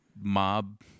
mob